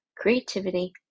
creativity